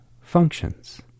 functions